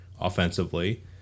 offensively